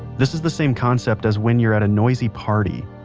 this is the same concept as when you're at a noisy party,